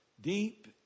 Deep